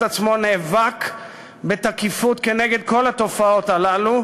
עצמו נאבק בתקיפות כנגד כל התופעות הללו,